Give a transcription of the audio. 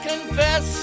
Confess